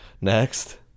Next